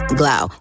glow